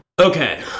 Okay